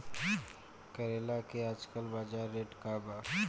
करेला के आजकल बजार रेट का बा?